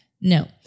no